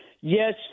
Yes